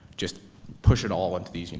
just push it all into these, you know